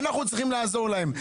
אנחנו צריכים לעזור להם.